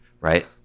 right